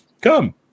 come